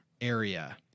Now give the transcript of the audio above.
area